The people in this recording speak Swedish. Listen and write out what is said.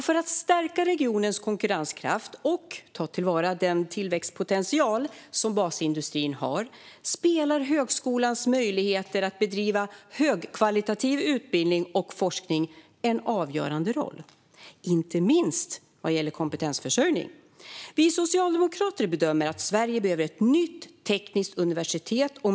För att stärka regionens konkurrenskraft och ta till vara den tillväxtpotential som basindustrin har spelar högskolans möjligheter att bedriva högkvalitativ utbildning och forskning en avgörande roll, inte minst vad gäller kompetensförsörjning. Vi socialdemokrater bedömer att Sverige behöver ett nytt tekniskt universitet.